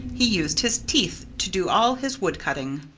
he used his teeth to do all his wood-cutting.